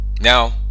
Now